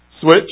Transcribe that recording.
Switch